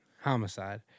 Homicide